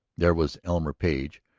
there was elmer page.